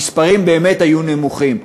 המספרים באמת היו נמוכים.